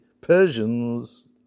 Persians